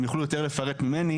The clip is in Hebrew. הם יוכלו יותר לפרט ממני,